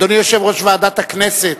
אדוני יושב-ראש ועדת הכנסת